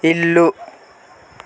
ఇల్లు